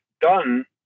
done